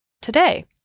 today